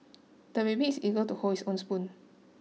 the baby is eager to hold his own spoon